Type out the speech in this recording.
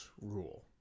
rule